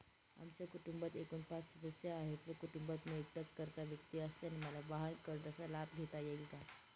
आमच्या कुटुंबात एकूण पाच सदस्य आहेत व कुटुंबात मी एकटाच कर्ता व्यक्ती असल्याने मला वाहनकर्जाचा लाभ घेता येईल का?